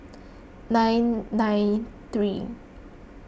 nine nine three